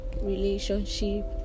relationship